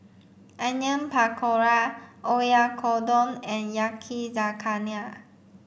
Onion Pakora Oyakodon and Yakizakana